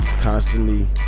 constantly